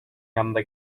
yanında